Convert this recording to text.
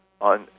on